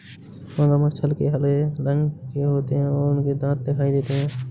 मगरमच्छ हल्के हरे रंग के होते हैं और उनके दांत दिखाई देते हैं